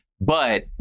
but-